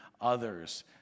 others